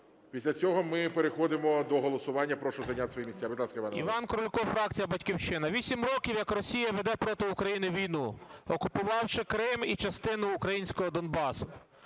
після цього переходимо до голосування. Я прошу зайняти свої місця.